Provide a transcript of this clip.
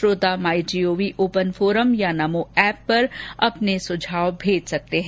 श्रोता my gov open forum या NaMo app पर अपने सुझाव भेज सकते हैं